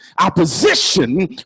opposition